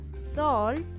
salt